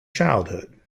childhood